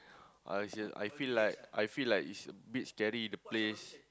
I serious I feel like I feel like is a bit scary the place